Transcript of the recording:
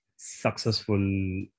successful